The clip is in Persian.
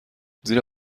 زیرا